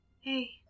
Hey